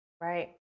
Right